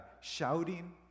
shouting